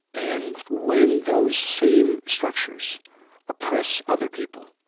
and when those same structures oppress other people,